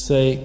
Say